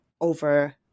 over